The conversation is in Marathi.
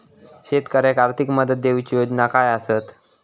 शेतकऱ्याक आर्थिक मदत देऊची योजना काय आसत?